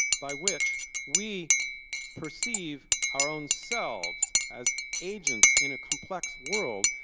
by which we perceive our own selves as agents in a complex world,